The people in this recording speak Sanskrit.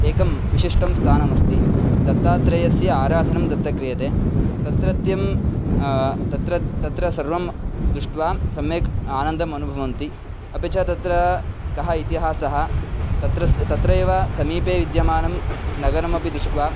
एकं विशिष्टं स्थानमस्ति दत्तात्रेयस्य आराधनं तत्र क्रियते तत्रत्यं तत्र तत्र सर्वं दृष्ट्वा सम्यक् आनन्दमनुभनवति अपि च तत्र कः इतिहासः तत्रस् तत्र एव समीपे विद्यमानं नगरमपि दृष्ट्वा